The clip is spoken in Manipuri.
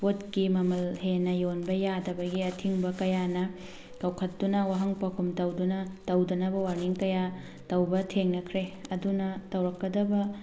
ꯄꯣꯠꯀꯤ ꯃꯃꯜ ꯍꯦꯟꯅ ꯌꯣꯟꯕ ꯌꯥꯗꯕꯒꯤ ꯑꯊꯤꯡꯕ ꯀꯌꯥꯅ ꯀꯧꯈꯠꯇꯨꯅ ꯋꯥꯍꯪ ꯄꯥꯎꯈꯨꯝ ꯇꯧꯗꯨꯅ ꯇꯧꯗꯅꯕ ꯋꯥꯔꯅꯤꯡ ꯀꯌꯥ ꯇꯧꯕ ꯊꯦꯡꯅꯈ꯭ꯔꯦ ꯑꯗꯨꯅ ꯇꯧꯔꯛꯀꯗꯕ